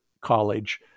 college